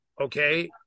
Okay